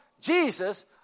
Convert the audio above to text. Jesus